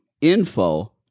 info